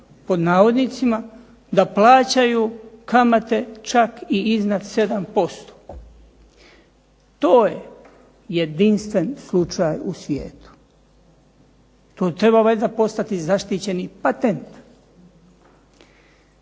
pod navodnicima, da plaćaju kamate čak i iznad 7%. To je jedinstven slučaj u svijetu. To bi trebao valjda postati zaštićeni patent.